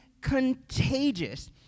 contagious